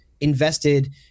invested